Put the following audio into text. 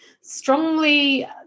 strongly